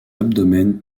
abdomen